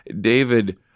David